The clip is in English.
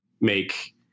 make